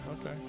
Okay